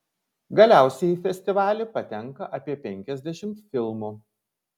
galiausiai į festivalį patenka apie penkiasdešimt filmų